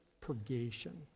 purgation